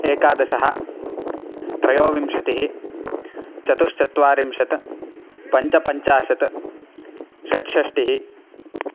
एकादशः त्रयोविंशतिः चतुश्चत्वारिंशत् पञ्चपञ्चाशत् षट्षष्टिः